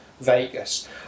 Vegas